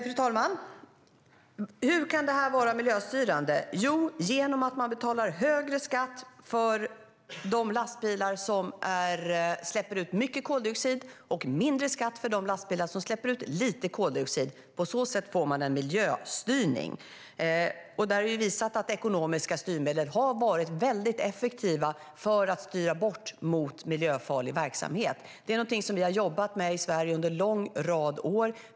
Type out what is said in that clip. Fru talman! Hur kan det här vara miljöstyrande? Jo, genom att man betalar högre skatt för de lastbilar som släpper ut mycket koldioxid och lägre skatt för de lastbilar som släpper ut lite koldioxid. På så sätt får man en miljöstyrning. Det har visat sig att ekonomiska styrmedel har varit väldigt effektiva när det gäller att styra bort från miljöfarlig verksamhet. Det är någonting som vi har jobbat med i Sverige under en lång rad av år.